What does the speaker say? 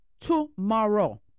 tomorrow